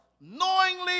knowingly